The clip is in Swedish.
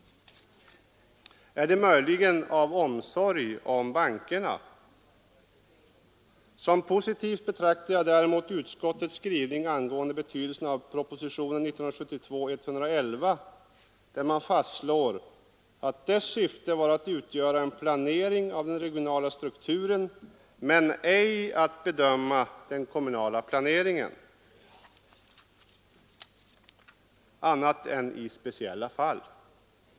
Är det möjligen av omsorg om bankerna? Som positiv betraktar jag däremot utskottets skrivning angående betydelsen av propositionen 1972:111, där man fastslår att dess syfte var att utgöra en planering av den regionala strukturen men ej att bedöma den kommunala planeringen, annat än i speciella fall.